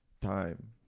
time